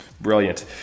Brilliant